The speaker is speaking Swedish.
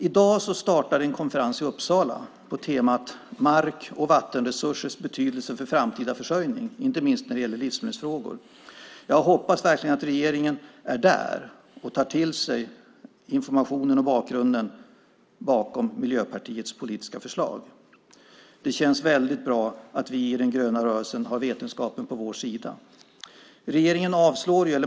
I dag startar en konferens i Uppsala på temat mark och vattenresursers betydelse för framtida försörjning, inte minst när det gäller livsmedelsfrågor. Jag hoppas verkligen att regeringen är där och tar till sig informationen om och bakgrunden till Miljöpartiets politiska förslag. Det känns väldigt bra att vi i den gröna rörelsen har vetenskapen på vår sida.